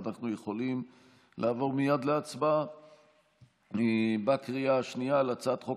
אנחנו יכולים לעבור מייד להצבעה על הצעת חוק